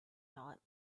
thought